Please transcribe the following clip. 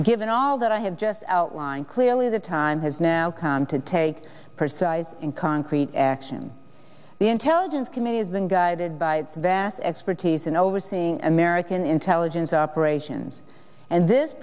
given all that i have just outlined clearly the time has now come to take person in concrete action the intelligence committee has been guided by its vast expertise in overseeing american intelligence operations and this